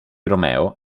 romeo